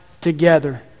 together